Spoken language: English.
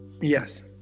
yes